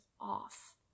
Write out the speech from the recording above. off